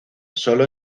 sólo